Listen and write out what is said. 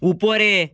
উপরে